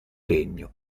regno